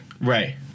Right